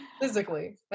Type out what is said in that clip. physically